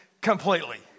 completely